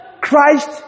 Christ